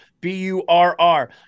B-U-R-R